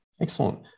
Excellent